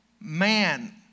man